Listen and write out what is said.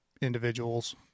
individuals